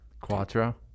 Quattro